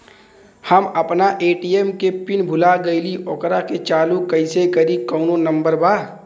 हम अपना ए.टी.एम के पिन भूला गईली ओकरा के चालू कइसे करी कौनो नंबर बा?